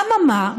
אממה,